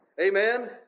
Amen